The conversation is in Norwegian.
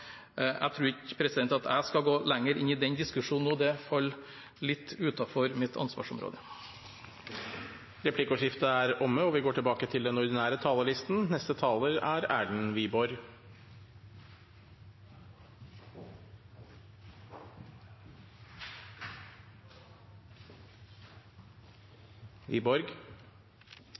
Jeg tror ikke at jeg skal gå lenger inn i den diskusjonen nå, det faller litt utenfor mitt ansvarsområde. Replikkordskiftet er omme. De talere som heretter har ordet, har også en taletid på 3 minutter. Strømprisen er